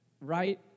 right